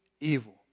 evil